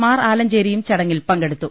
മാർ ആലഞ്ചേരിയും ചടങ്ങിൽ പങ്കെടുത്തു